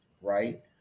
right